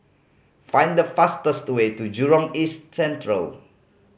find the fastest way to Jurong East Central